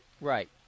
Right